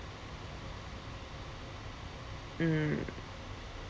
mm